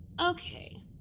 Okay